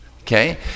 Okay